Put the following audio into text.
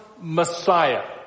Messiah